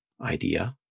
idea